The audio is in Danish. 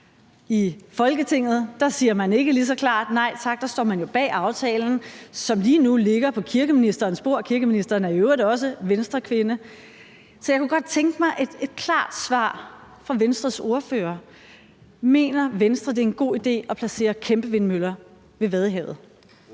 I Folketinget siger man ikke lige så klart nej tak; der står man jo bag aftalen, som lige nu ligger på kirkeministerens bord. Og kirkeministeren er i øvrigt også Venstrekvinde. Så jeg kunne godt tænke mig et klart svar fra Venstres ordfører: Mener Venstre, at det er en god idé at placere kæmpevindmøller ved Vadehavet?